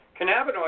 cannabinoids